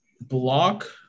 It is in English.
block